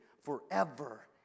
forever